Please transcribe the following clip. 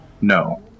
No